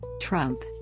Trump